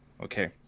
Okay